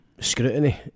scrutiny